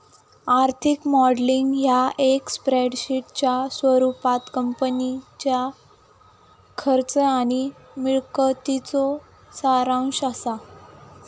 आर्थिक मॉडेलिंग ह्या एक स्प्रेडशीटच्या स्वरूपात कंपनीच्या खर्च आणि मिळकतीचो सारांश असा